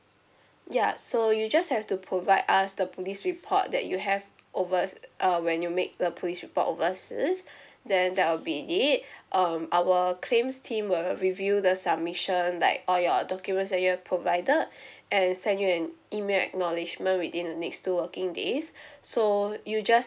ya so you just have to provide us the police report that you have overs~ uh when you make the police report overseas then that will be it um our claims team will review the submission like all your documents that you have provided and send you an email acknowledgement within the next two working days so you just